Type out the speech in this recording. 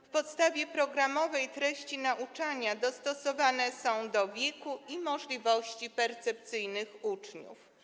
W podstawie programowej treści nauczania dostosowane są do wieku i możliwości percepcyjnych uczniów.